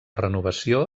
renovació